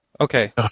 Okay